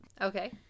Okay